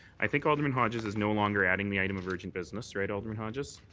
i think alderman hodges is no longer adding the item of urgent business. right, alderman hodges?